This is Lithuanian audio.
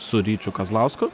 su ryčiu kazlausku